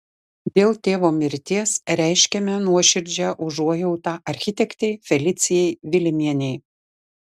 dėl tėvo mirties reiškiame nuoširdžią užuojautą architektei felicijai vilimienei